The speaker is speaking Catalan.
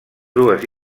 dues